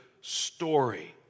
story